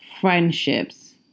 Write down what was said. Friendships